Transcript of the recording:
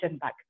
back